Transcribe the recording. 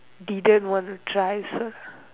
didn't want to try also